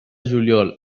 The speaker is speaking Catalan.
juliol